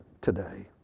today